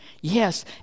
yes